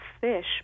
fish